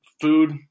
food